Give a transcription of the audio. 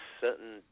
certain